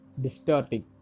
Distorting